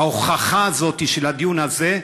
ההוכחה הזאת של הדיון הזה,